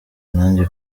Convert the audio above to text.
nanjye